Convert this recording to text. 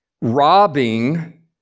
robbing